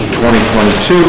2022